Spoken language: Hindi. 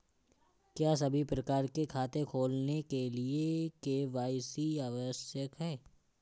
क्या सभी प्रकार के खाते खोलने के लिए के.वाई.सी आवश्यक है?